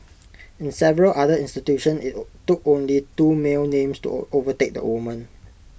in several other institutions IT took only two male names to overtake the women